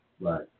Right